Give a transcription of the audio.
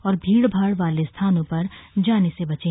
और भीड़भाड़ वाले स्थानों पर जाने से बचें